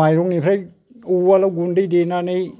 माइरंनिफ्राय उवालाव गुन्दै देनानै